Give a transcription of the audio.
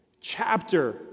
chapter